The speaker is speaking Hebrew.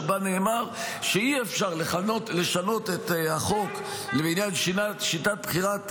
שבה נאמר שאי-אפשר לשנות את החוק ------- לעניין שיטת בחירת